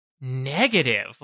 negative